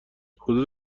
حدود